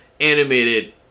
animated